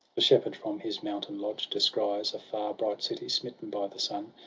the shepherd from his mountain-lodge descries a far, bright city, smitten by the sun,